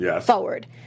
forward